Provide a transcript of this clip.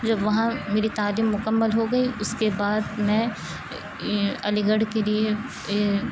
جب وہاں میری تعلیم مکمل ہو گئی اس کے بعد میں علی گڑھ کے لیے